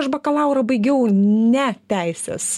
aš bakalaurą baigiau ne teisės